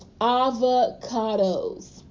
Avocados